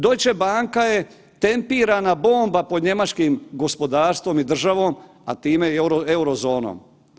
Deutsche banka je tempirana bomba pod njemačkim gospodarstvom i državom, a time i Eurozonom.